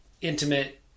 intimate